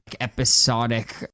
episodic